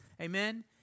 Amen